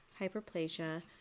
hyperplasia